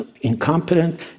incompetent